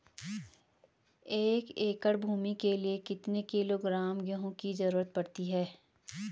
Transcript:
एक एकड़ भूमि के लिए कितने किलोग्राम गेहूँ की जरूरत पड़ती है?